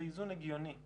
זה איזון הגיוני.